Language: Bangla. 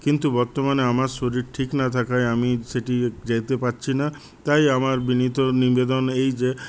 কিন্তু বর্তমানে আমার শরীর ঠিক না থাকায় আমি সেটি যেতে পারছি না তাই আমার বিনীত নিবেদন এই যে